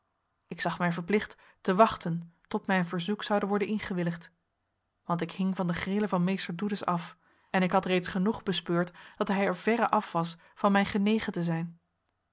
ik zag mij verplicht te wachten tot mijn verzoek zoude worden ingewilligd want ik hing van de grillen van meester doedes af en ik had reeds genoeg bespeurd dat hij er verre af was van mij genegen te zijn